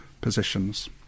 positions